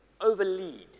overlead